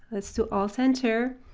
let's do alt enter,